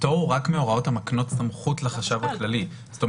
הפטור הוא רק מהוראות המקנות סמכות לחשב הכללי.